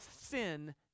sin